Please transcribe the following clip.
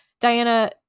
Diana